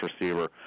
receiver